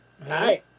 Hi